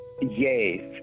Yes